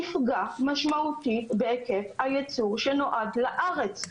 יפגע משמעותית בהיקף הייצור שנועד לארץ.